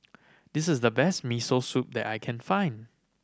this is the best Miso Soup that I can find